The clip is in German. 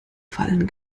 fallen